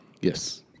Yes